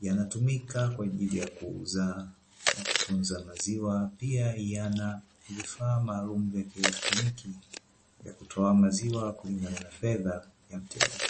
yanatumika kwa ajili ya kuuza na kutunza maziwa; pia yanavifaa maalumu vya kielektroniki ya kutoa maziwa kulingana na fedha ya mteja.